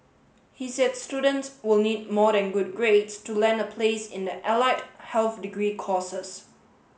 he said students will need more than good grades to land a place in the allied health degree courses